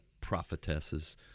prophetesses